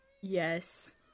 Yes